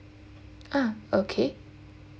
ah okay